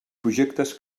projectes